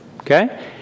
Okay